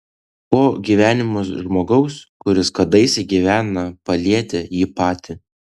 kuo gyvenimas žmogaus kuris kadaise gyveno palietė jį patį